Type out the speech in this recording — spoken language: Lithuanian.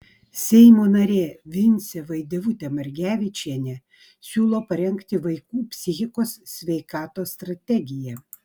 seimo narė vincė vaidevutė margevičienė siūlo parengti vaikų psichikos sveikatos strategiją